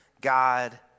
God